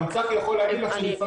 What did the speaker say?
גם ככה אני יכול להגיד לך לפעמים,